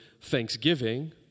Thanksgiving